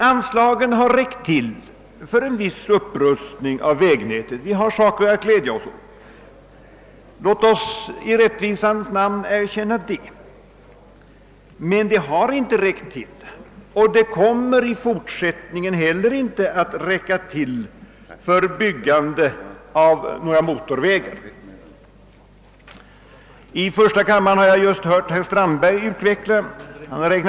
Anslagen har räckt till för en viss upprustning av vägnätet, och vi har därvidlag en del att glädja oss åt. Låt oss i rättvisans namn erkänna det. Men anslagen har inte räckt till och kommer inte heller i fortsättningen att räcka till för byggande av några motorvägar. Jag har nyss hört herr Strandberg i första kammaren utveckla dessa synpunkter.